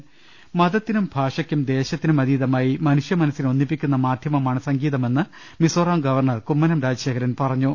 ശ അ ശ്ര അ ശ്ര അ ശ്ര അ മതത്തിനും ഭാഷക്കും ദേശത്തിനും അതീതമായി മനുഷ്യ മനസ്സി നെ ഒന്നിപ്പിക്കുന്ന മാധ്യമമാണ് സംഗീതമെന്ന് മിസോറാം ഗവർണർ കുമ്മ നം രാജശേഖരൻ പറഞ്ഞു